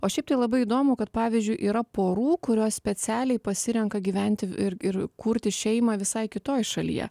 o šiaip tai labai įdomu kad pavyzdžiui yra porų kurios specialiai pasirenka gyventi ir ir kurti šeimą visai kitoj šalyje